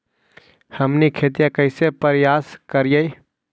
हमनी खेतीया कइसे परियास करियय?